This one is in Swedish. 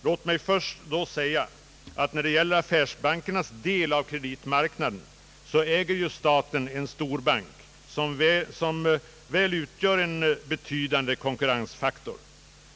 Låt mig då först säga att när det gäller affärsbankernas del av kreditmarknaden äger ju staten en storbank som torde utgöra en betydande konkurrensfaktor.